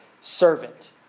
servant